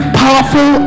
powerful